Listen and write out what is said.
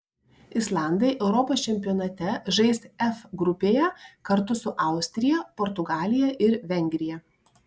islandai europos čempionate žais f grupėje kartu su austrija portugalija ir vengrija